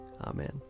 Amen